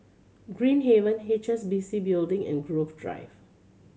Green Haven H S B C Building and Grove Drive